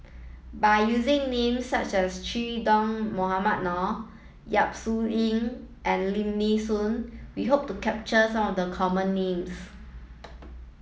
by using names such as Che Dah Mohamed Noor Yap Su Yin and Lim Nee Soon we hope to capture some of the common names